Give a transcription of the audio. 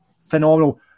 phenomenal